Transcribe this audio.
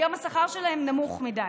היום השכר שלהן נמוך מדי.